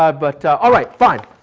ah but alright fine.